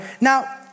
Now